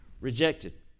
rejected